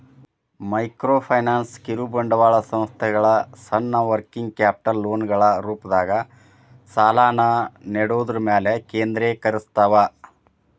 microfinance ಕಿರುಬಂಡವಾಳ ಸಂಸ್ಥೆಗಳ ಸಣ್ಣ ವರ್ಕಿಂಗ್ ಕ್ಯಾಪಿಟಲ್ ಲೋನ್ಗಳ ರೂಪದಾಗ ಸಾಲನ ನೇಡೋದ್ರ ಮ್ಯಾಲೆ ಕೇಂದ್ರೇಕರಸ್ತವ